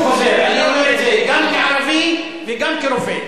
אני שוב חוזר, אני אומר את זה גם כערבי וגם כרופא.